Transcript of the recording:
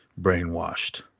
Brainwashed